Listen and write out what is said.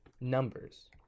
numbers